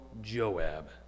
Joab